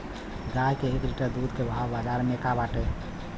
गाय के एक लीटर दूध के भाव बाजार में का बाटे?